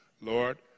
Lord